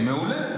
מעולה.